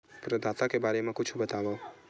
प्रदाता के बारे मा कुछु बतावव?